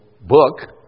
book